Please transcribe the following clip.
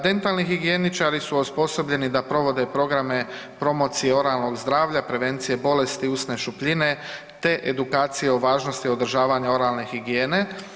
Dentalni higijeničari su osposobljeni da provode programe promocije oralnog zdravlja, prevencije bolesti usne šupljine te edukacije o važnosti održavanja oralne higijene.